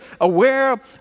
aware